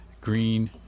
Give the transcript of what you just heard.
green